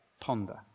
Ponder